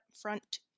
front